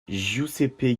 giuseppe